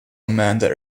amanda